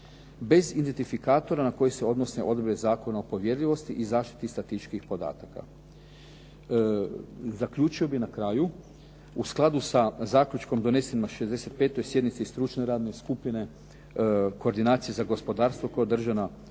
bez identifikatora na koji se odnose odredbe Zakona o povjerljivosti i zaštiti statističkih podataka. Zaključio bih na kraju, u skladu sa zaključkom donesenim na 65. sjednici stručne radne skupine koordinacije za gospodarstvo koja je održana